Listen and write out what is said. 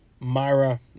Myra